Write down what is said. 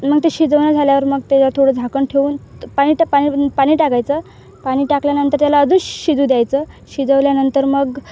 मग ते शिजवणं झाल्यावर मग त्याच्यावर थोडं झाकण ठेवून पाणी टा पाणी पाणी टाकायचं पाणी टाकल्यानंतर त्याला अदु शिजू द्यायचं शिजवल्यानंतर मग